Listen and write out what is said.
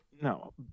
no